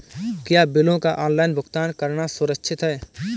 क्या बिलों का ऑनलाइन भुगतान करना सुरक्षित है?